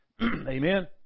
Amen